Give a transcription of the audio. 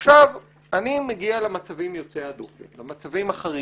אני מגיע למצבים יוצאי הדופן, למצבים החריגים,